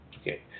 okay